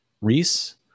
Reese